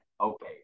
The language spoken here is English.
okay